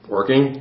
Working